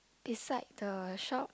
beside the shop